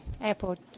airport